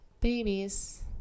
Babies